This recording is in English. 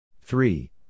Three